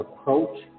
approach